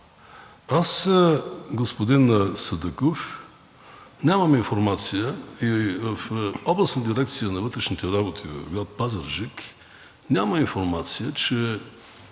аз, господин Садъков, нямам информация и в Областна дирекция на вътрешните работи в град Пазарджик няма информация, че